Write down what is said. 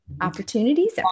Opportunities